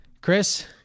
Chris